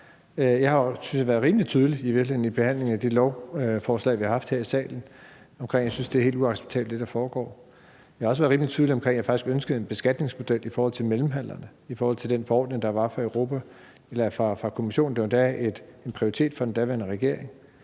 jeg, været rimelig tydelig i forbindelse med behandlingen af det lovforslag, vi har haft her i salen, i forhold til at jeg synes, det er helt uacceptabelt, hvad der foregår. Jeg har også været rimelig tydelig omkring, at jeg faktisk ønskede en beskatningsmodel i forhold til mellemhandlerne, i forhold til den forordning, der kom fra Kommissionen. Det var endda en prioritet for den daværende regering.